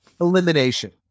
elimination